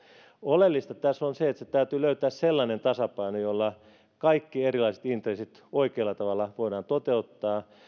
oleellista tässä on se että täytyy löytää sellainen tasapaino jolla kaikki erilaiset intressit oikealla tavalla voidaan toteuttaa